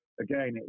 again